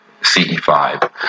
CE5